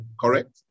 Correct